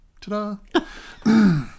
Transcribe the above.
Ta-da